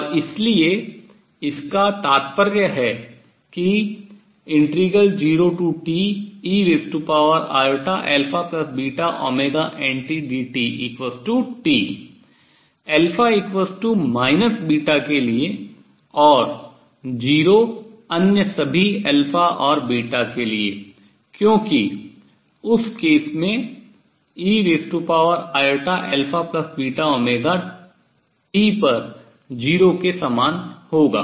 और इसलिए इसका तात्पर्य है कि 0TeintdtT के लिए और 0 अन्य सभी और के लिए क्योंकि उस केस में ei T पर 0 के समान होगा